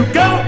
go